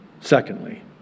Secondly